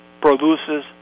produces